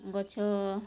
ଗଛ